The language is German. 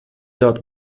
dort